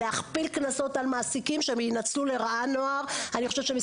להכפיל את הקנסות על מעסיקים שינצלו לרעה את הנוער ויפגעו בזכויותיהם.